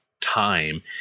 time